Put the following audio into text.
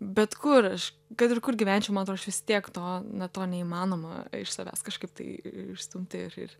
bet kur aš kad ir kur gyvenčiau man atrodo aš vis tiek to na to neįmanoma iš savęs kažkaip tai išstumti ir ir